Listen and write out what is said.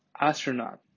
Astronaut